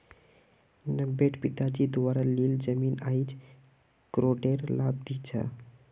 नब्बेट पिताजी द्वारा लील जमीन आईज करोडेर लाभ दी छ